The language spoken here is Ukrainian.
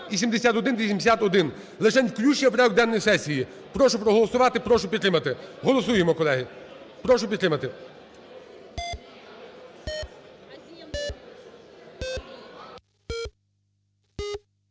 Прошу проголосувати. Прошу підтримати. Голосуємо, колеги. Прошу підтримати.